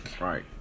Right